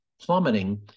plummeting